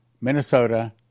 Minnesota